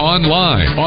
Online